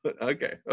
Okay